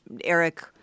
Eric